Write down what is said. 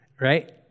right